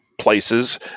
Places